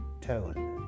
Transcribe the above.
Tone